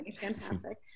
fantastic